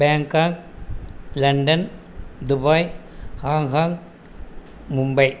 Bangkok London Dubai Hong Kong Mumbai